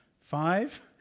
Five